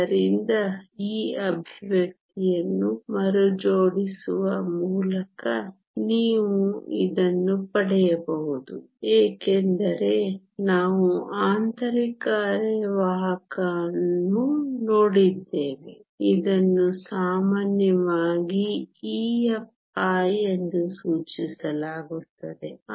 ಆದ್ದರಿಂದ ಈ ಎಕ್ಸ್ಪ್ರೆಶನ್ ಅನ್ನು ಮರುಜೋಡಿಸುವ ಮೂಲಕ ನೀವು ಇದನ್ನು ಪಡೆಯಬಹುದು ಏಕೆಂದರೆ ನಾವು ಆಂತರಿಕ ಅರೆವಾಹಕ ಅನ್ನು ನೋಡುತ್ತಿದ್ದೇವೆ ಇದನ್ನು ಸಾಮಾನ್ಯವಾಗಿ EFi ಎಂದು ಸೂಚಿಸಲಾಗುತ್ತದೆ